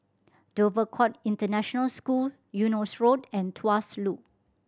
Dover Court International School Eunos Road and Tuas Loop